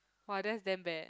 !wah! that's damn bad